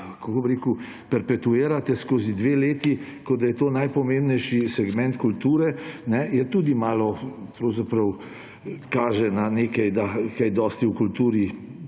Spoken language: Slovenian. kako bi rekel, perpetuirate skozi dve leti, kot da je to najpomembnejši segment kulture, je tudi malo …. Pravzaprav kaže na nekaj, da kaj dosti o kulturi